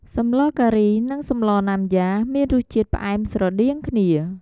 សម្លរការីនិងសម្លណាំយ៉ា មានរសជាតិផ្អែមស្រដៀងគ្នា។